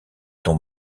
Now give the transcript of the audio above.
ton